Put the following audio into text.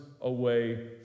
away